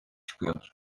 çıkıyor